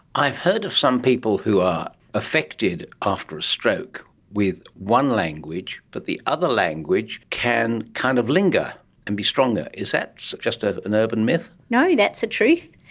i have heard of some people who are affected after a stroke with one language but the other language can kind of linger and be stronger. is that just ah an urban myth? no, that's a truth.